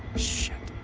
shit!